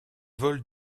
vole